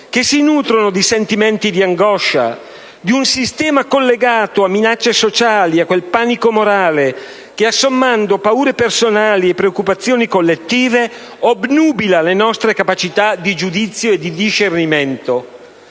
che si nutrono di sentimenti di angoscia, di un sistema collegato a minacce sociali, a quel panico morale che, assommando paure personali e preoccupazioni collettive, obnubila le nostre capacità di giudizio e di discernimento.